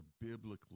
biblically